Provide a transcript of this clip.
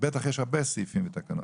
בטח יש הרבה סעיפים ותקנות,